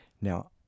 Now